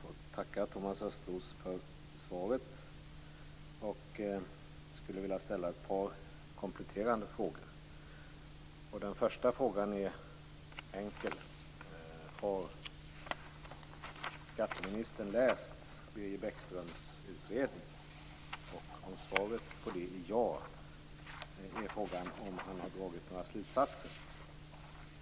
Fru talman! Jag får tacka Thomas Östros för svaret. Jag skulle vilja ställa ett par kompletterande frågor. Den första frågan är enkel. Har skatteministern läst Birger Bäckströms utredning? Om svaret på den frågan är ja är frågan om han har dragit några slutsatser.